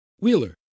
wheeler